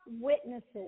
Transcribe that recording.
witnesses